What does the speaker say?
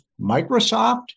Microsoft